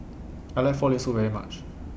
I like Frog Leg Soup very much